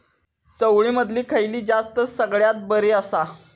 चवळीमधली खयली जात सगळ्यात बरी आसा?